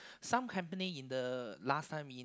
some company in the last time in